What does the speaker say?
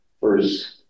first